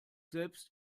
selbst